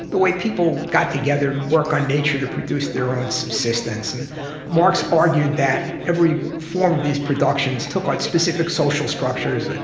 the way people got together to work on nature to produce their own subsistence. and marx argued that every form of these productions took on specific social structures, and